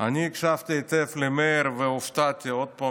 אני הקשבתי היטב למאיר והופתעתי עוד פעם